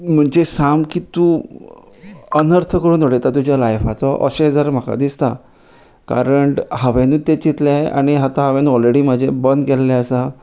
म्हणजे सामकी तूं अनर्थ करून उडयता तुज्या लायफाचो अशें जर म्हाका दिसता कारण हांवेनूच तें चितले आनी आतां हांवेन ऑलरेडी म्हाजे बंद केल्ले आसा